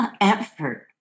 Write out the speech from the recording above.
effort